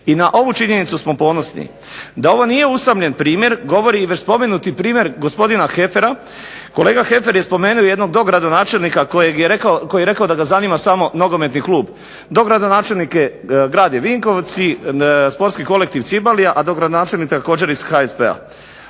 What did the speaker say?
I na ovu činjenicu smo ponosni. Da ovo nije usamljen primjer govori i već spomenuti primjer gospodina Heffera. Kolega Heffer je spomenuo jednog dogradonačelnika koji je rekao da ga zanima samo nogometni klub. Dogradonačelnik je grad je Vinkovci, sportski kolektiv Cibalija, a dogradonačelnik također iz HSP-a.